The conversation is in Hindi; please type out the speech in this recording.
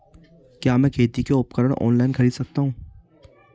क्या मैं खेती के उपकरण ऑनलाइन खरीद सकता हूँ?